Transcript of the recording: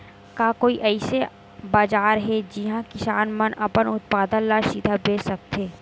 का कोई अइसे बाजार हे जिहां किसान मन अपन उत्पादन ला सीधा बेच सकथे?